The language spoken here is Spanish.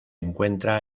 encuentra